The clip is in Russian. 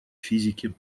физики